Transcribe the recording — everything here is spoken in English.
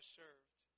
served